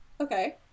Okay